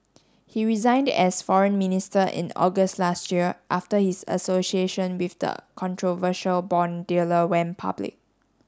he resigned as foreign minister in August last year after his association with the controversial bond dealer went public